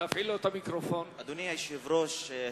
אדוני היושב-ראש,